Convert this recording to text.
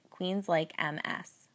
QueensLakeMS